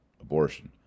abortion